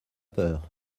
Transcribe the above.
peur